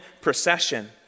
procession